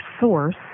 source